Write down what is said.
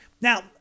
now